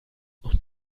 und